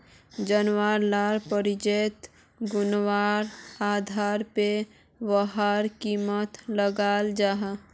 जानवार लार प्रजातिर गुन्वात्तार आधारेर पोर वहार कीमत लगाल जाहा